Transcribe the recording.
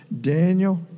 Daniel